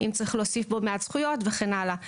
אם צריך להוסיף פה מעט זכויות וכן הלאה,